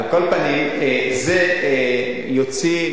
זה יוציא,